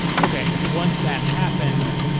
okay. once that happened,